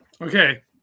Okay